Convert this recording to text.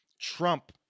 Trump